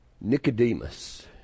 Nicodemus